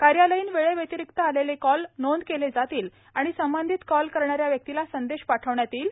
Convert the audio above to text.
कार्यालयीन वेळेव्यतिरिक्त आलेले कॉल नोंद केले जातील आणि संबंधित कॉल करणाऱ्या व्यक्तीला संदेश पाठविण्यात येईल